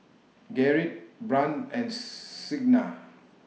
Gerrit Brant and Signa